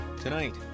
Tonight